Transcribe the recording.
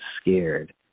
scared